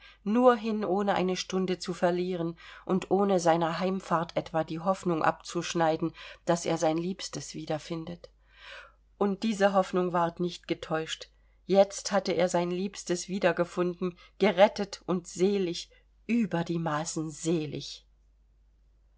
nur hin ohne eine stunde zu verlieren und ohne seiner heimfahrt etwa die hoffnung abzuschneiden daß er sein liebstes wiederfindet und diese hoffnung ward nicht getäuscht jetzt hatte er sein liebstes wiedergefunden gerettet und selig über die maßen selig